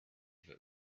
that